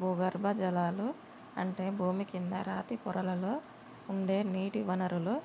భూగర్బజలాలు అంటే భూమి కింద రాతి పొరలలో ఉండే నీటి వనరులు